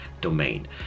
domain